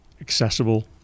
accessible